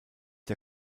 der